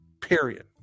Period